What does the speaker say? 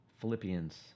Philippians